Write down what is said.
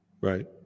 Right